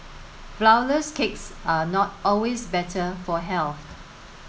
flour less cakes are not always better for health